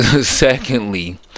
Secondly